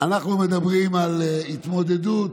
אנחנו מדברים על התמודדות,